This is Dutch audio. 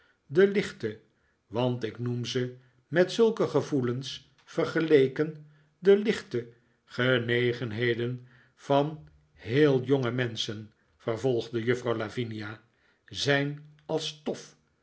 de lichte want ik noem ze met zulke gevoelens vergeleken de lichte genegenheden van heel jonge menschen vervolgde juffrouw lavinia zijn als stof